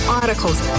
articles